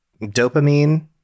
dopamine